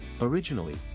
originally